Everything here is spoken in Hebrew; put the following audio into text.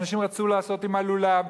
אנשים רצו לעשות עם הלולב.